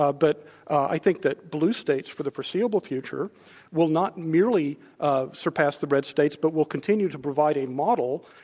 ah but i think that blue states for the foreseeable future will not merely surpass the red states, but will continue to provide a model,